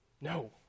No